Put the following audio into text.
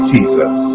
Jesus